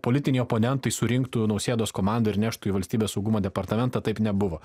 politiniai oponentai surinktų nausėdos komandą ir neštų į valstybės saugumo departamentą taip nebuvo